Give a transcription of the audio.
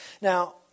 Now